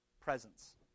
presence